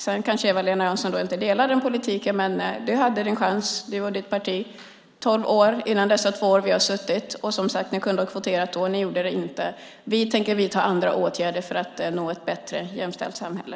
Sedan kanske Eva-Lena Jansson inte gillar den politik vi för, men du och ditt parti hade er chans under tolv år före de två år som vi nu har suttit i regeringen. Ni kunde som sagt ha kvoterat då, och ni gjorde det inte. Vi tänker vidta andra åtgärder för att nå ett bättre jämställt samhälle.